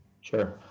Sure